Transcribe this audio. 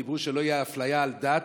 דיברו על כך שלא תהיה אפליה על דת,